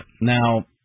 Now